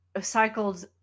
cycled